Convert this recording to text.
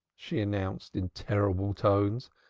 she announced in terrible tones.